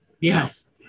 Yes